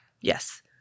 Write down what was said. Yes